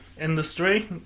industry